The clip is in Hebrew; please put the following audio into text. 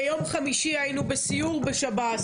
ביום חמישי היינו בסיור בשב"ס.